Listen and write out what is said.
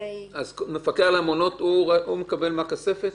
המפקח על המעונות יקבל מהכספת?